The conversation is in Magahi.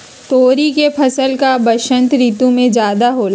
तोरी के फसल का बसंत ऋतु में ज्यादा होला?